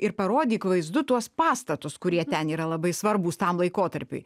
ir parodyk vaizdu tuos pastatus kurie ten yra labai svarbūs tam laikotarpiui